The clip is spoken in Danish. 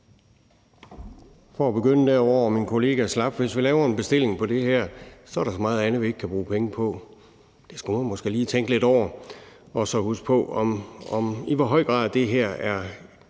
For at begynde der, hvor min kollega slap, vil jeg sige, at hvis vi laver en bestilling på det her, er der så meget andet, som vi ikke kan bruge penge på. Man skulle måske lige huske på det og så tænke lidt over, i hvor høj grad det her er